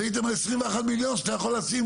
אז הייתם ב-21 מיליון ואז הייתם יכולים לשים